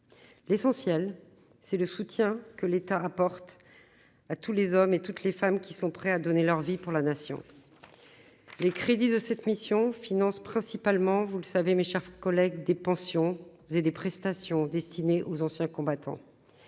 l'essentiel, c'est le soutien que l'État apporte à tous les hommes et toutes les femmes qui sont prêts à donner leur vie pour la nation, les crédits de cette mission finance principalement, vous le savez, mes chers collègues, des pensions, vous avez des prestations destinées aux anciens combattants,